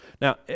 Now